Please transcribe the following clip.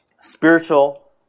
Spiritual